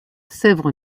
sèvre